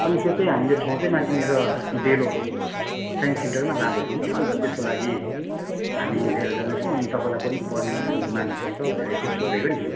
अनि त्यो चाहिँ हामीले ठाउँ चाहिँ माथिनेर डेलो साइन्स सेन्टरमै लाँदैछौँ कि अन्त त्यसको लागि हामी लिएर जाँदैछौँ अनि तपाईँलाई पनि पर्मिसन माग्नु पर्छ भनेर एकखेप सोधेको नि